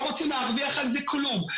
לא רוצים להרוויח על זה כלום.